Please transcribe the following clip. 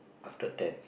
after ten